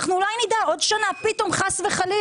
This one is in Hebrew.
אולי נדע עוד שנה חס וחלילה.